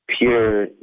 pure